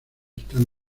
están